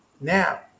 Now